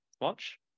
watch